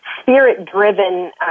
spirit-driven